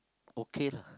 okay lah